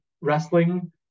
wrestling